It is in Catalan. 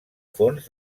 fons